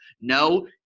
No